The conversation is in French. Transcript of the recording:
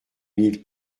mille